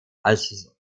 als